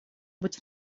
быть